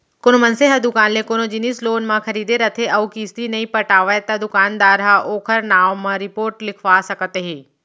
कोनो मनसे ह दुकान ले कोनो जिनिस लोन म खरीदे रथे अउ किस्ती नइ पटावय त दुकानदार ह ओखर नांव म रिपोट लिखवा सकत हे